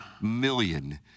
million